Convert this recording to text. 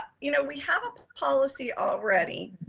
you know we have a policy already.